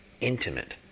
intimate